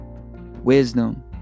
Wisdom